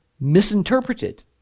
misinterpreted